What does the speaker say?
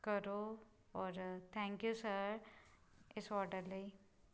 ਕਰੋ ਔਰ thank you sir ਇਸ ਔਡਰ ਲਈ